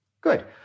Good